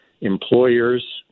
employers